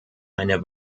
eine